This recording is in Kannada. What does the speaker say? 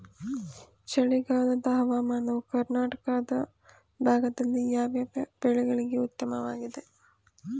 ಚಳಿಗಾಲದ ಹವಾಮಾನವು ಕರ್ನಾಟಕದ ಭಾಗದಲ್ಲಿ ಯಾವ್ಯಾವ ಬೆಳೆಗಳಿಗೆ ಉತ್ತಮವಾಗಿದೆ?